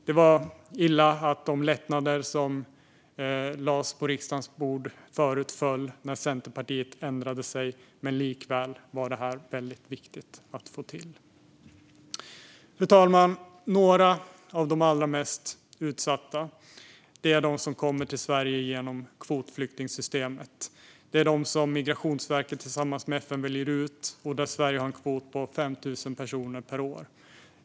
Det var illa att de förslag om lättnader som lades på riksdagens bord föll när Centerpartiet ändrade sig, men likväl var det här väldigt viktigt att få till. Fru talman! Till de allra mest utsatta hör de som kommer till Sverige genom kvotflyktingsystemet. Det är de som Migrationsverket väljer ut tillsammans med FN. Sverige har en kvot på 5 000 personer per år.